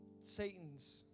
Satan's